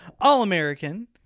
All-American